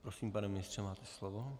Prosím, pane ministře, máte slovo.